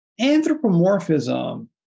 anthropomorphism